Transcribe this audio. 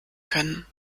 können